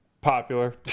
popular